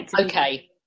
Okay